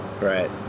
Right